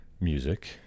music